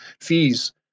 fees